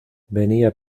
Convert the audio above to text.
venía